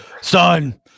son